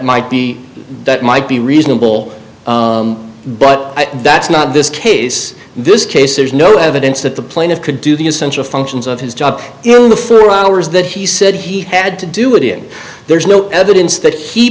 might be that might be reasonable but that's not this case this case there's no evidence that the plaintiff could do the essential functions of his job in the four hours that he said he had to do it in there is no evidence that he